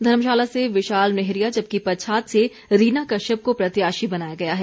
धर्मशाला से विशाल नेहरिया जबकि पच्छाद से रीना कश्यप को प्रत्याशी बनाया गया है